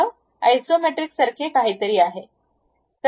सह आयसोमेट्रिकसारखे काहीतरी आहे